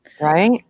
Right